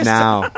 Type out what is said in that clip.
now